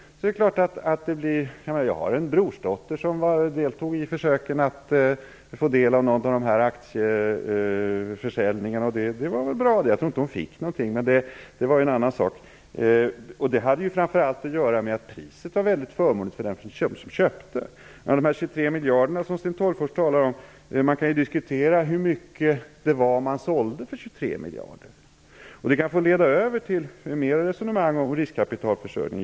Jag har en brorsdotter som deltog i försöken att få del av de aktier som såldes. Det var ju bra, men jag tror inte att hon fick några. Priset var ju mycket förmånligt för dem som köpte. Sten Tolgfors talar om 23 miljarder. Man kan ju diskutera hur mycket det var som såldes för 23 miljarder. Det kan leda över till ytterligare resonemang om riskkapitalförsörjning.